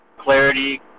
Clarity